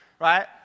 Right